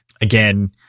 again